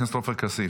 חבר הכנסת עופר כסיף.